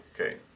Okay